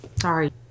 Sorry